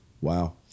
Wow